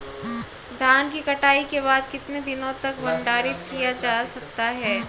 धान की कटाई के बाद कितने दिनों तक भंडारित किया जा सकता है?